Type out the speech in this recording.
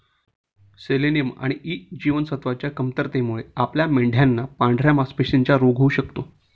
selenium आणि E जीवनसत्वच्या कमतरतेमुळे आपल्या मेंढयांना पांढऱ्या मासपेशींचा रोग होऊ शकतो